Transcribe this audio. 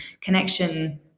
connection